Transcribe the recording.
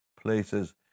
places